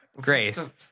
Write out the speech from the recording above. grace